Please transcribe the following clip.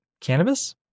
Cannabis